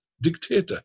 dictator